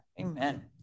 Amen